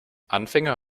anfänger